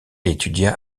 étudia